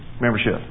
membership